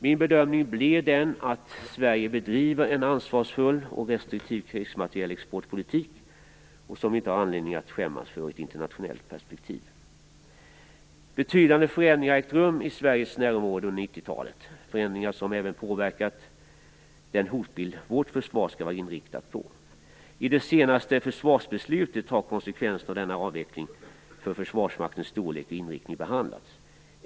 Min bedömning förblir den att Sverige bedriver en ansvarsfull och restriktiv krigsmaterielexportpolitik som vi inte har anledning att skämmas för i ett internationellt perspektiv. Betydande förändringar har ägt rum i Sveriges närområde under 90-talet, förändringar som även påverkat den hotbild vårt försvar skall vara inriktat på. I det senaste försvarsbeslutet har konsekvenserna av denna avveckling för försvarsmaktens storlek och inriktning behandlats.